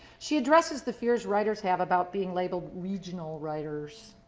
she addresses the fears writers have about being labeled regional writers.